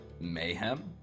mayhem